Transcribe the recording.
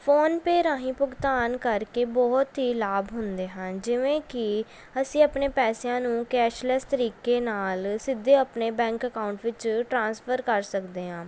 PhonePe ਰਾਹੀਂ ਭੁਗਤਾਨ ਕਰਕੇ ਬਹੁਤ ਹੀ ਲਾਭ ਹੁੰਦੇ ਹਨ ਜਿਵੇਂ ਕਿ ਅਸੀਂ ਆਪਣੇ ਪੈਸਿਆਂ ਨੂੰ ਕੈਸ਼ਲੈੱਸ ਤਰੀਕੇ ਨਾਲ ਸਿੱਧੇ ਆਪਣੇ ਬੈਂਕ ਅਕਾਊਂਟ ਵਿੱਚ ਟ੍ਰਾਂਸਫਰ ਕਰ ਸਕਦੇ ਹਾਂ